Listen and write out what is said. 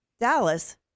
Dallas